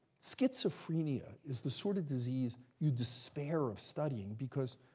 schizophrenia is the sort of disease you despair of studying because,